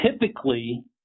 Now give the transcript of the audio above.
typically